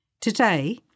Today